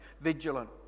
vigilant